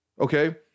okay